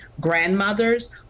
grandmothers